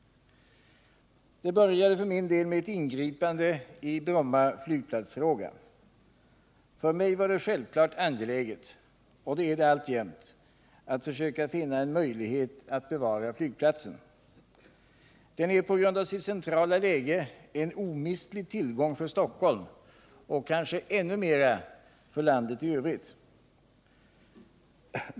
Det började för min del med ett ingripande i Bromma flygplatsfråga. För mig var det självklart angeläget — och det är det alltjämt — att försöka finna en möjlighet att bevara flygplatsen. Den är på grund av sitt centrala läge en omistlig tillgång för Stockholm och kanske ännu mera för landet i övrigt.